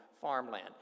farmland